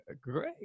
Great